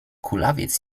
kulawiec